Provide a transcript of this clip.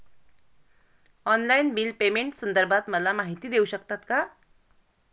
Online bill पेमेंटसंदर्भात मला माहिती देऊ शकतात का?